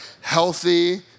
healthy